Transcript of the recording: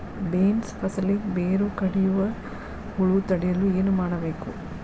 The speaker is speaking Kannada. ಬೇನ್ಸ್ ಫಸಲಿಗೆ ಬೇರು ಕಡಿಯುವ ಹುಳು ತಡೆಯಲು ಏನು ಮಾಡಬೇಕು?